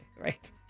Right